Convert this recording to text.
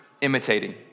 imitating